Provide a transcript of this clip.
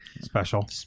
Special